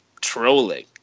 trolling